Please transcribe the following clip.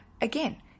Again